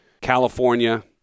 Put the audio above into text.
California